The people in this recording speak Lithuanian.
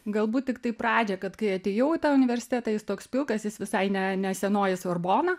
galbūt tiktai pradžią kad kai atėjau į tą universitetą jis toks pilkas jis visai ne nes senoji sorbona